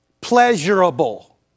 pleasurable